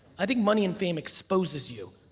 i think money and fame exposes you.